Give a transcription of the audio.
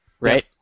Right